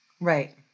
Right